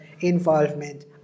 involvement